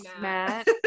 Matt